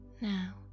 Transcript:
now